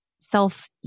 self